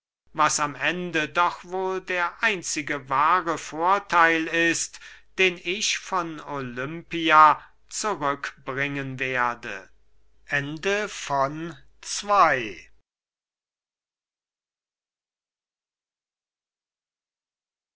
was am ende doch wohl der einzige wahre vortheil ist den ich von olympia zurückbringen werde